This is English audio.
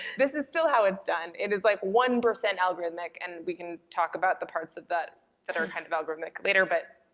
this is still how it's done. it is like one percent algorithmic and we can talk about the parts of that that are kind of algorithmic later, but